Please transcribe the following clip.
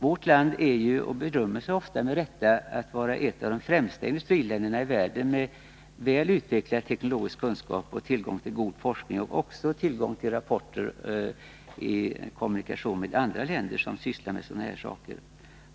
Vårt land berömmer sig ofta med rätta av att vara ett av de främsta industriländerna i världen, med väl utvecklad teknologisk kunskap, tillgång till god forskning och även tillgång till rapporter i kommunikation med andra länder som sysslar med sådana här saker.